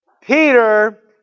Peter